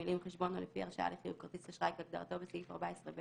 המילים "חשבון או לפי הרשאה לחיוב כרטיס אשראי כהגדרתו בסעיף 14ב(ב)"